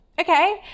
Okay